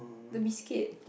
the biscuit